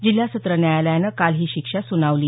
जिल्हा सत्र न्यायालयानं काल ही शिक्षा सुनावली